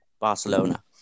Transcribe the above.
Barcelona